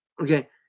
Okay